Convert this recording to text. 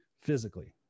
physically